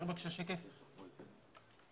אפשר לראות את 15 התקלות שיש באתר.